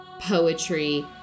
poetry